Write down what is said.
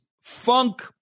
Funk